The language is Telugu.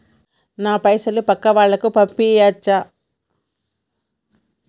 నా పైసలు పక్కా వాళ్ళకు పంపియాచ్చా?